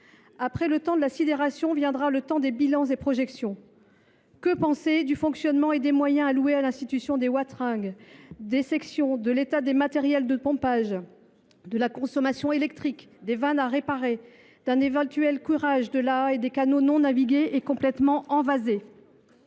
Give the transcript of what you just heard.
Après le temps de la sidération viendra celui des bilans et des projections. Que penser du fonctionnement et des moyens alloués à l’institution des wateringues, des sections, de l’état des matériels de pompage, de la consommation électrique, des vannes à réparer, d’un éventuel curage de l’Aa, ainsi que des canaux non navigués et complètement envasés ?